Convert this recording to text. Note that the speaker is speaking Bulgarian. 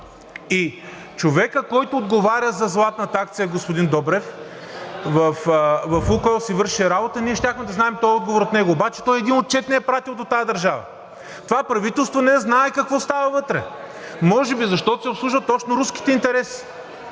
и човекът, който отговаря за златната акция, господин Добрев, в „Лукойл” си вършеше работата, ние щяхме да знаем този отговор от него. Обаче той един отчет не е пратил до тази държава, това правителство не знае какво става вътре, може би защото се обслужват точно руските интереси…